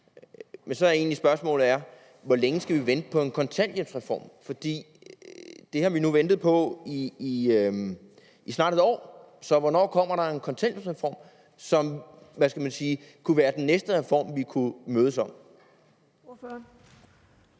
Så er mit spørgsmål egentlig: Hvor længe skal vi vente på en kontanthjælpsreform? For den har vi nu ventet på i snart et år. Så hvornår kommer der en kontanthjælpsreform, som kunne være den næste reform, vi kunne mødes om?